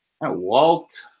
Walt